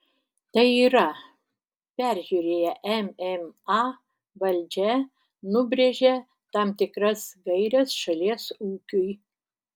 tai yra peržiūrėję mma valdžia nubrėžia tam tikras gaires šalies ūkiui